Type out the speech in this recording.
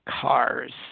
cars